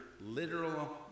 literal